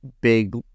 big